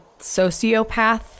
sociopath